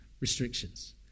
restrictions